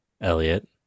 Elliot